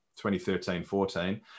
2013-14